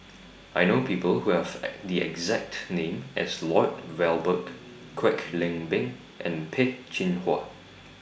I know People Who Have The exact name as Lloyd Valberg Kwek Leng Beng and Peh Chin Hua